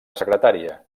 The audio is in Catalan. secretària